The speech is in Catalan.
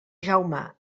jaume